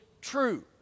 true